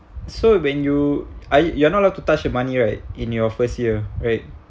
so when you I you are not allow to touch the money right in your first year right